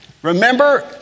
Remember